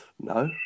No